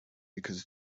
because